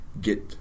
get